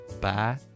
bye